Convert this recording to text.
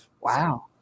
Wow